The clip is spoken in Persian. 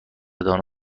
دانا